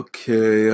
Okay